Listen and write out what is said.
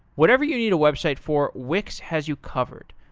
whatever you need a website for, wix has you covered.